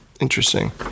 Interesting